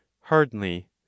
Hardly